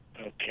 Okay